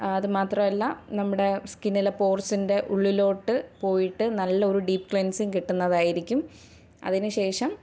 അതുമാത്രമല്ല നമ്മുടെ സ്കിന്നിലെ പോർസിൻ്റെ ഉള്ളിലോട്ട് പോയിട്ട് നല്ലൊരു ഡീപ്പ് ക്ലൻസിംങ്ങ് കിട്ടുന്നതായിരിക്കും അതിനുശേഷം